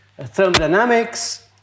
thermodynamics